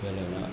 પહેલાનાં